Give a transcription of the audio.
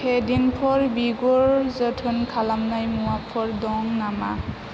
केदिनफुर बिगुर जोथोन खालामनाय मुवाफोर दं नामा